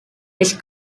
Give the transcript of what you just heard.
his